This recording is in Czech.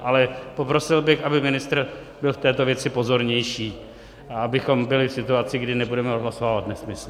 Ale poprosil bych, aby ministr byl v této věci pozornější a abychom byli v situaci, kdy nebudeme odhlasovávat nesmysly.